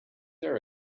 there